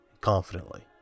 confidently